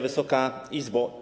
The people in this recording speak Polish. Wysoka Izbo!